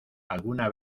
alguna